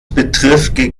betrifft